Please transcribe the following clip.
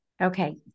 Okay